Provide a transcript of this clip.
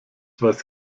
weiß